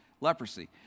leprosy